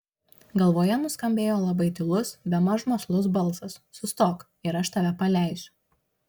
galvoje nuskambėjo labai tylus bemaž mąslus balsas sustok ir aš tave paleisiu